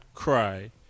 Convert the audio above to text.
cry